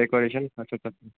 decoration अच्छा अच्छा